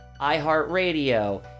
iHeartRadio